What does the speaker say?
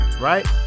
right